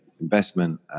investment